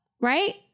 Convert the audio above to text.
Right